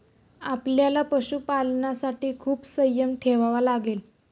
आपल्याला पशुपालनासाठी खूप संयम ठेवावा लागेल